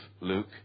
Luke